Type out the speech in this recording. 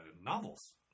novels